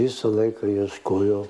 visą laiką ieškojo